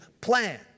plan